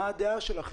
מה הדעה שלכם?